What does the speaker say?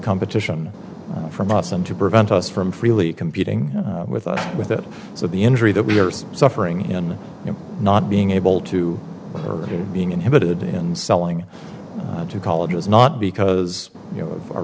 competition from us and to prevent us from freely competing with us with it so the injury that we are suffering in not being able to or being inhibited in selling to college is not because you know our